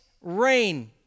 rain